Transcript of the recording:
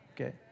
Okay